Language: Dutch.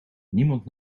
niemand